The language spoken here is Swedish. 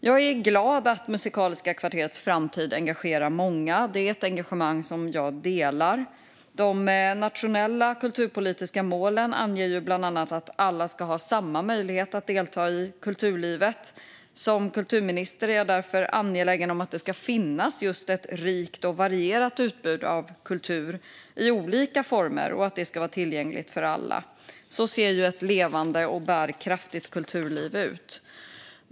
Jag är glad att Musikaliska kvarterets framtid engagerar många. Det är ett engagemang som jag delar. De nationella kulturpolitiska målen anger bland annat att alla ska ha samma möjlighet att delta i kulturlivet. Som kulturminister är jag därför angelägen om att det ska finnas ett rikt och varierat utbud av kultur i olika former och att det ska vara tillgängligt för alla. Så ser ett levande och bärkraftigt kulturliv ut.